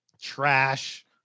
trash